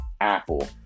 Apple